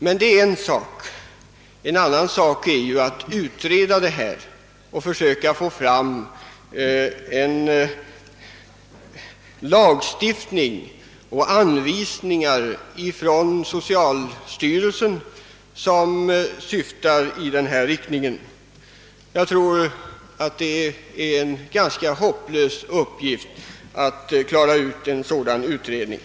Men det är en sak — en annan sak är att utreda detta och försöka få till stånd en lagstiftning och anvisningar från socialstyrelsen som verkar i den angivna riktningen. Jag tror att det är en ganska hopplös uppgift att göra en sådan utredning.